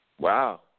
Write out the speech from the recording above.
Wow